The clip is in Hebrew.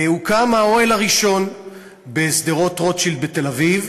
הוקם האוהל הראשון בשדרות-רוטשילד בתל-אביב,